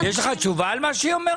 רום, יש לך תשובה על מה שהיא אומרת?